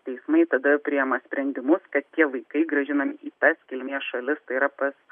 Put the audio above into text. teismai tada priima sprendimus kad tie vaikai grąžinami į tas kilmės šalis tai yra pas